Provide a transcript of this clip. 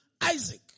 Isaac